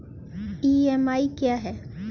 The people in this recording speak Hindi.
ई.एम.आई क्या है?